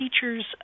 teachers